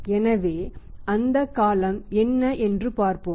எனவே அந்தக் காலம் என்ன என்று பார்ப்போம்